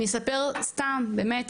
אני אספר סתם באמת,